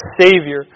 Savior